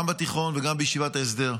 גם בתיכון וגם בישיבת ההסדר.